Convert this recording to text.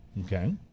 Okay